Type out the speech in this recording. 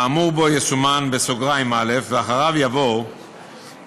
האמור בו יסומן (א) ואחריו יבוא (ב)